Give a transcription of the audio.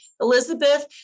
Elizabeth